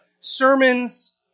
sermons